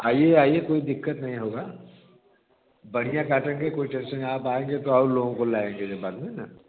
आईए आईए कोई दिक्कत नहीं होगा बढ़िया काटेंगे कोई टेंसन नहीं आप आएँगे तो और लोगों को लाएँगे बाद में